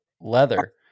leather